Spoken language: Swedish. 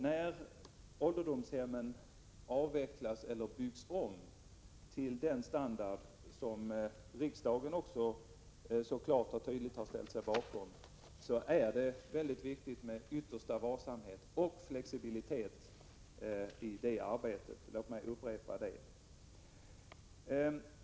När ålderdomshemmen avvecklas eller byggs om till den standard som riksdagen så klart och tydligt har ställt sig bakom är det viktigt med yttersta varsamhet och flexibilitet i det arbetet — låt mig upprepa detta.